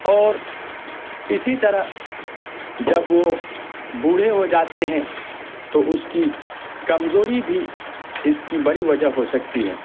اور اسی طرح جب وہ بوڑھے ہو جاتے ہیں تو اس کی کمزوری بھی اس کی بڑی وجہ ہو سکتی ہے